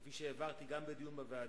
כפי שהבהרתי גם בדיון בוועדה,